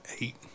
Eight